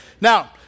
Now